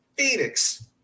Phoenix